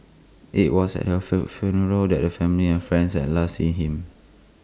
IT was at her feel funeral that the family and friends had last seen him